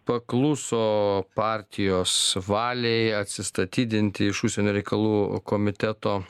pakluso partijos valiai atsistatydinti iš užsienio reikalų komiteto